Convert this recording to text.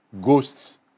Ghosts